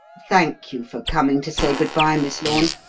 thank you for coming to say good-bye, miss lorne.